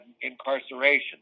incarceration